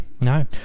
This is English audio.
No